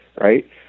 right